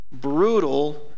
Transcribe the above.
brutal